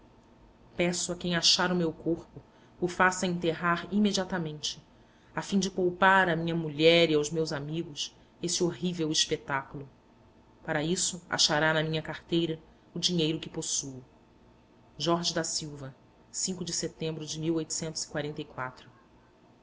peço a quem achar o meu corpo o faça enterrar imediatamente a fim de poupar à minha mulher e aos meus amigos esse horrível espetáculo para isso achará na minha carteira o dinheiro que possuo jorge da ilva de setembro de ma